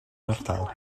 ardal